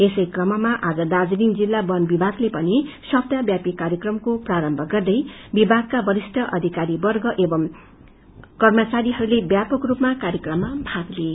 यसै कममा आज दार्जीलिङ जिल्ला बन विभागले पनि सप्ताह व्यापि कार्यक्रमको प्रारम्म गर्दै विभागका वरिष्ठ अधिकारीवर्ग एव कर्मचारीहरूले ब्यापक रूपमा कार्यक्रममा भाग लिए